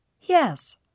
Yes